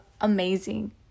amazing